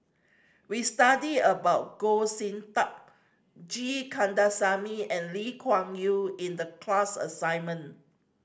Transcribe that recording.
we studied about Goh Sin Tub G Kandasamy and Lee Kuan Yew in the class assignment